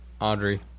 Audrey